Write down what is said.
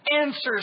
answers